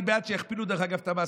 אני בעד שיכפילו את המס,